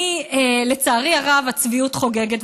לצערי הרב, הצביעות חוגגת.